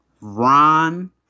Ron